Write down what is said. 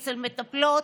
אצל מטפלות,